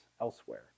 elsewhere